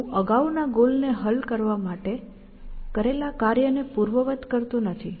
હું અગાઉના ગોલને હલ કરવા માટે કરેલા કાર્યને પૂર્વવત કરતો નથી